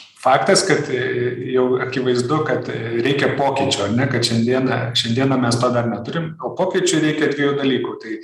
faktas kad jau akivaizdu kad reikia pokyčių ar ne kad šiandieną šiandieną mes to dar neturim o pokyčiui reikia dviejų dalykų tai